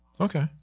Okay